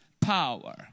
power